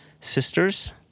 sisters